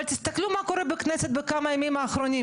אבל תסתכלו מה קורה בכנסת בכמה ימים האחרונים,